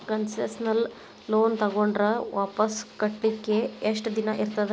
Concessional loan ತಗೊಂಡ್ರ್ ವಾಪಸ್ ಕಟ್ಲಿಕ್ಕೆ ಯೆಷ್ಟ್ ದಿನಾ ಇರ್ತದ?